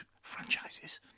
franchises